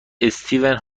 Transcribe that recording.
استیون